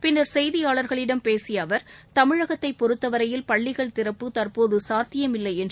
பின்னர் செய்தியாளர்களிடம் பேசியஅவர் தமிழகத்தைபொறுத்தவரையில் பள்ளிகள் திறப்பு தற்போதுசாத்தியமில்லைஎன்றார்